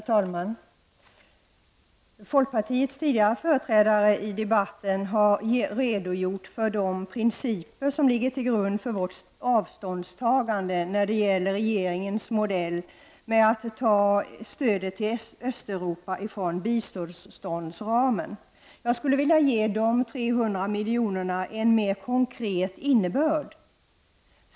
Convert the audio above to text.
Herr talman! Folkpartiets tidigare företrädare i debatten har redogjort för de principer som ligger till grund för vårt avståndstagande när det gäller regeringens modell, som går ut på att ta stödet till Östeuropa från biståndsramen. Jag skulle vilja ge de 300 miljonerna en mer konkret innebörd.